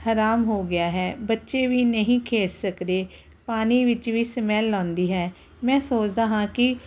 ਹਰਾਮ ਹੋ ਗਿਆ ਹੈ ਬੱਚੇ ਵੀ ਨਹੀਂ ਖੇਡ ਸਕਦੇ ਪਾਣੀ ਵਿੱਚ ਵੀ ਸਮੈਲ ਆਉਂਦੀ ਹੈ ਮੈਂ ਸੋਚਦਾ ਹਾਂ ਕਿ